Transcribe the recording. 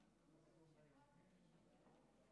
אנחנו